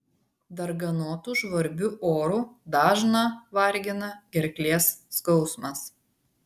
darganotu žvarbiu oru dažną vargina gerklės skausmas